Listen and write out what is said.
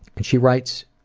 and she writes